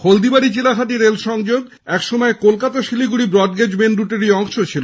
Haldibari Chilahati rail সংযোগ এক সময় কলকাতা শিলিগুড়ি ব্রডগেজ মেন রুটেরই অংশ ছিল